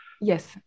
Yes